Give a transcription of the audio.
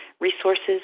resources